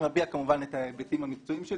אני מביע כמובן את ההיבטים המקצועיים,